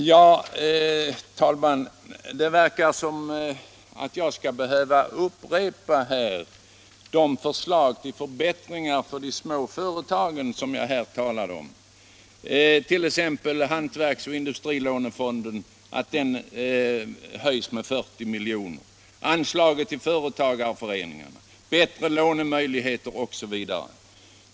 Herr talman! Det verkar som om jag skulle behöva upprepa de förslag till förbättringar för de små företagen som jag här talat om — hantverksoch industrilånefonden, som höjs med 40 milj.kr., anslaget till företagarföreningarna, bättre lånemöjligheter osv.